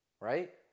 Right